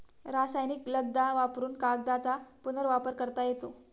रासायनिक लगदा वापरुन कागदाचा पुनर्वापर करता येतो